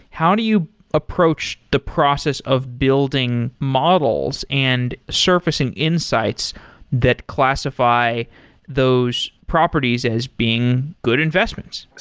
how do you approach the process of building models and surfacing insights that classify those properties as being good investments?